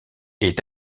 est